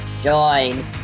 Join